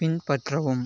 பின்பற்றவும்